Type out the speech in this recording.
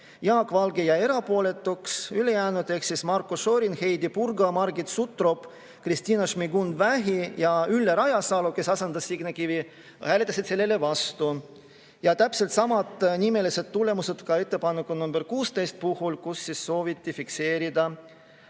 Jaak Valge jäi erapooletuks, ülejäänud ehk Marko Šorin, Heidy Purga, Margit Sutrop, Kristina Šmigun-Vähi ja Ülle Rajasalu, kes asendas Signe Kivi, hääletasid selle vastu. Täpselt samad nimelised tulemused olid ka ettepaneku nr 16 puhul, kus sooviti fikseerida